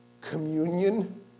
communion